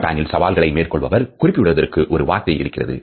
ஜப்பானில் சவால்களை மேற்கொள்பவர் குறிப்பிடுவதற்கு ஒரு வார்த்தை இருக்கிறது